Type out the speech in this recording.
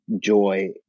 joy